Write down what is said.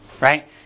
right